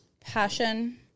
Passion